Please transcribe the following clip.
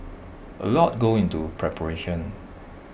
A lot go into preparation